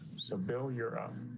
so, bill, you're up.